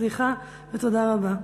תודה רבה.